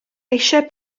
eisiau